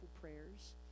prayers